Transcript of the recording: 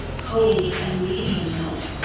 hold and leave him not,